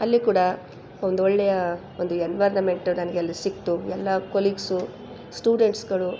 ಅಲ್ಲಿ ಕೂಡ ಒಂದೊಳ್ಳೆಯ ಒಂದು ಎನ್ವೈರನ್ಮೆಂಟು ನನಗೆ ಅಲ್ಲಿ ಸಿಕ್ಕಿತು ಎಲ್ಲ ಕೊಲೀಗ್ಸು ಸ್ಟೂಡೆಂಟ್ಸ್ಗಳು